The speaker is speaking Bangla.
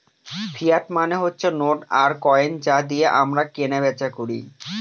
ফিয়াট মানে হচ্ছে নোট আর কয়েন যা দিয়ে আমরা কেনা বেচা করি